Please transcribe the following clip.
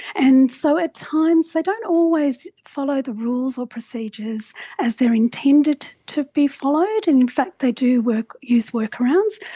and so at times they don't always follow the rules or procedures as they are intended to be followed, and in fact they do use workarounds.